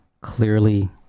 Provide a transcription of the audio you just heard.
clearly